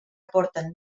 aporten